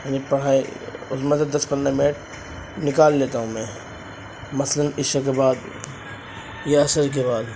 یعنی پڑھائی اس میں سے دس پندرہ منٹ نکال لیتا ہوں میں مثلاً عشاء کے بعد یا عصر کے بعد